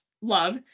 love